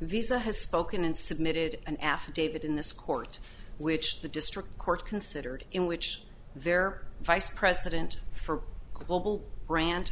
visa has spoken and submitted an affidavit in this court which the district court considered in which their vice president for global bran